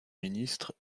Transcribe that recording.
ministre